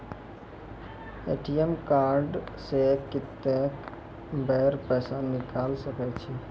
ATM card से कत्तेक बेर पैसा निकाल सके छी?